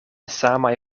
samaj